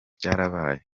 byarabaye